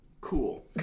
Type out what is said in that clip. Cool